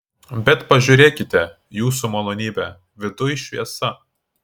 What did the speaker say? bet pažiūrėkite jūsų malonybe viduj šviesa